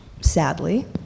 sadly